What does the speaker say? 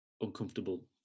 uncomfortable